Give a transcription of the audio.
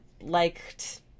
liked